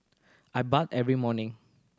I bathe every morning